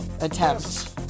attempt